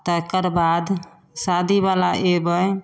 तकर बाद शादीवला अएबै